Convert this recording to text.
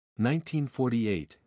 1948 –